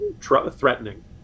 threatening